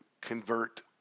convert